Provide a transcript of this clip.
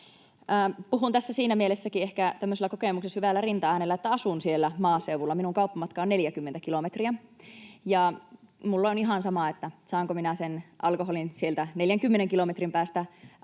Puhun tässä siinä mielessäkin ehkä tämmöisellä kokemuksen syvällä rintaäänellä, että asun siellä maaseudulla. Minun kauppamatkani on 40 kilometriä. Minulle on ihan sama, saanko minä sen alkoholin sieltä 40 kilometrin päästä